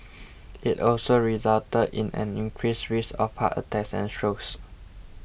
it also resulted in an increased risk of heart attacks and strokes